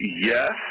yes